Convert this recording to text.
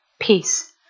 peace